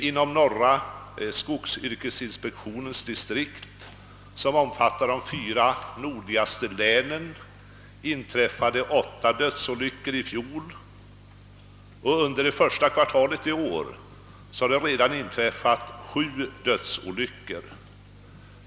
Inom norra skogsyrkesinspektionens distrikt, som omfattar de fyra nordligaste länen, inträf-' fade åtta dödsolyckor i fjol, och under det första kvartalet i år har det redan inträffat sju dödsolyckor.